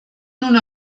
nun